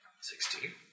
Sixteen